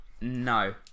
No